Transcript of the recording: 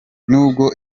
nubwo